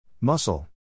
Muscle